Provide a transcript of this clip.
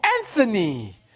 Anthony